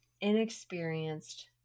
inexperienced